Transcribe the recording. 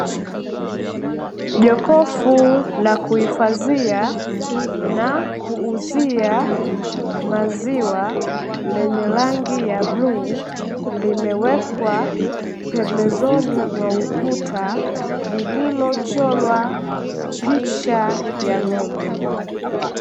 Jokofu la kuhifadhia na kuuzia maziwa, lenye rangi ya bluu limewekwa pembezoni mwa ukuta lililochorwa picha ya ng'ombe.